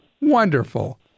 Wonderful